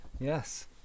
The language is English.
Yes